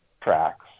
tracks